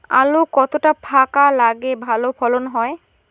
আলু কতটা ফাঁকা লাগে ভালো ফলন হয়?